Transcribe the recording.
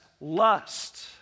lust